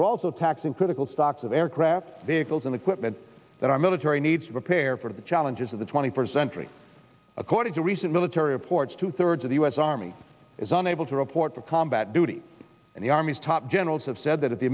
are also taxing critical stocks of aircraft vehicles and equipment that our military needs to prepare for the challenges of the twenty first century according to recent military reports two thirds of the u s army is unable to report for combat duty and the army's top generals have said that if the